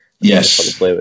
Yes